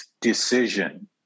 decision